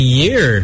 year